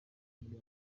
amerika